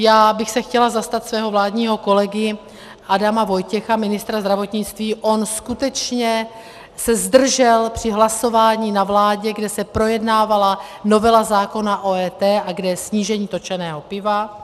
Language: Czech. Já bych se chtěla zastat svého vládního kolegy Adama Vojtěcha, ministra zdravotnictví, on skutečně se zdržel při hlasování na vládě, kde se projednávala novela zákona o EET a kde je snížení točeného piva.